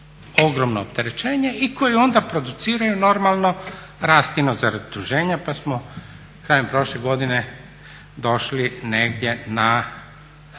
ogromno opterećenje i koji onda produciraju normalno rast inozemnog zaduženja pa smo krajem prošle godine došli negdje na